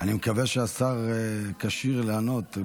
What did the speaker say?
אני מקווה שהשר כשיר לענות,